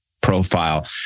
profile